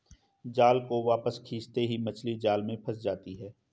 जाल को वापस खींचते ही मछली जाल में फंस जाती है